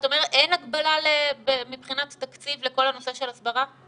את אומרת שאין הגבלה מבחינת תקציב לכל הנושא של הסברה?